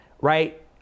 right